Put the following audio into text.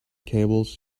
cables